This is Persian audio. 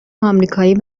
آمریکایی